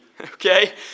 Okay